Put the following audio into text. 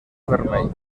vermell